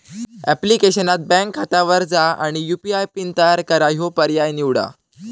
ऍप्लिकेशनात बँक खात्यावर जा आणि यू.पी.आय पिन तयार करा ह्यो पर्याय निवडा